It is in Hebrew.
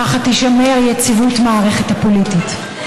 ככה תישמר יציבות המערכת הפוליטית.